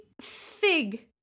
fig